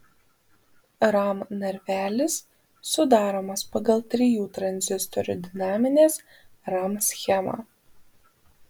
ram narvelis sudaromas pagal trijų tranzistorių dinaminės ram schemą